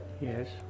Yes